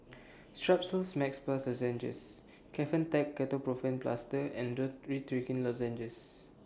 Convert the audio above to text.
Strepsils Max Plus Lozenges Kefentech Ketoprofen Plaster and Dorithricin Lozenges